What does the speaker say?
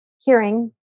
hearing